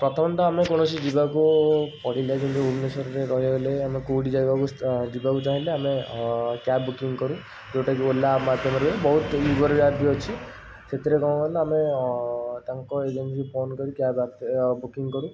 ପ୍ରଥମେ ତ ଆମେ କୌଣସି ଯିବାକୁ ଭୁବନେଶ୍ୱରରେ ରହିବା ଲାଗି ଆମେ କେଉଁଠି ଜାଗାକୁ ଯିବାକୁ ଚାହିଁଲେ ଆମେ କ୍ୟାବ୍ ବୁକିଙ୍ଗ୍ କରୁ ଯେଉଁଟାକି ଓଲା ଆପ୍ ମାଧ୍ୟମରେ ବହୁତ ଉବେର କ୍ୟାବ୍ ବି ଅଛି ସେଥିରେ କ'ଣ ହୁଏ ନା ଆମେ ତାଙ୍କ ଏଜେନ୍ସିକି ଫୋନ୍ କରିକି କ୍ୟାବ୍ ବୁକିଙ୍ଗ୍ କରୁ